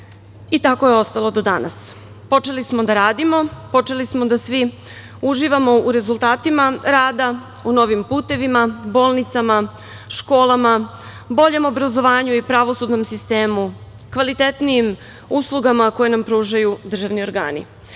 i tako je ostalo i do danas. Počeli smo da radimo, počeli smo da svi uživamo u rezultatima rada, u novim putevima, bolnicama, školama, boljem obrazovanju i pravosudnom sistemu i uslugama koje nam pružaju državni organi.